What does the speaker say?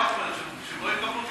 את לא רוצה שהם יקבלו טיפול?